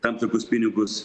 tam tikrus pinigus